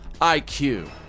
IQ